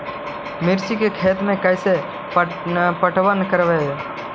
मिर्ची के खेति में कैसे पटवन करवय?